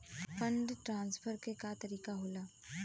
Fund transfer के का तरीका होला?